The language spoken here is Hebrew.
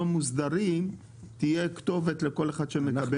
מוסדרים תהיה כתובת לכל אחד שמקבל מים.